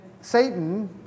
Satan